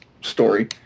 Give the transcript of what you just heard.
story